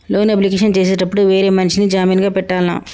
Loan application చేసేటప్పుడు వేరే మనిషిని జామీన్ గా పెట్టాల్నా?